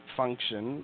function